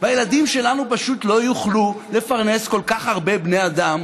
והילדים שלנו פשוט לא יוכלו לפרנס כל כך הרבה בני אדם